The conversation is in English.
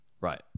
Right